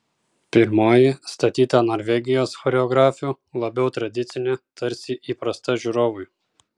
pirmoji statyta norvegijos choreografių labiau tradicinė tarsi įprasta žiūrovui